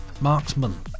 Marksman